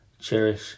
Cherish